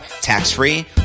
tax-free